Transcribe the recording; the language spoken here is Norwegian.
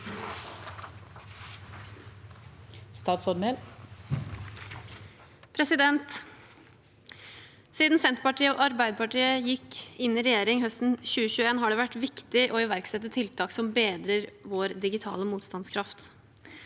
Siden Senterparti- et og Arbeiderpartiet gikk inn i regjering høsten 2021, har det vært viktig å iverksette tiltak som bedrer vår digitale motstandskraft.